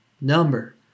number